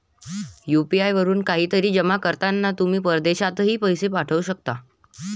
UPI वरून काहीतरी जमा करताना तुम्ही परदेशातही पैसे पाठवू शकता